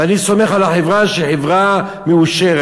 ואני סומך על החברה שהיא חברה מאושרת,